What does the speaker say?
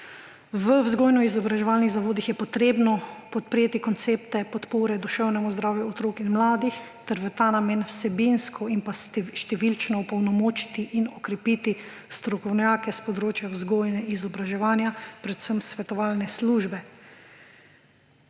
V vzgojno-izobraževalnih zavodih je potrebno podpreti koncepte podpore duševnemu zdravju otrok in mladih ter v ta namen vsebinsko in številčno opolnomočiti in okrepiti strokovnjake s področja vzgoje, izobraževanja, predvsem svetovalne službe.